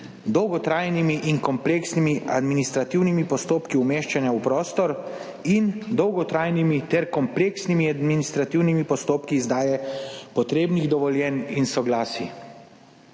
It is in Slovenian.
dolgotrajnimi in kompleksnimi administrativnimi postopki umeščanja v prostor in dolgotrajnimi ter kompleksnimi administrativnimi postopki izdaje potrebnih dovoljenj in soglasij.